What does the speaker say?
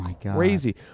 crazy